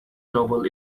novel